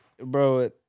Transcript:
bro